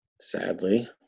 Sadly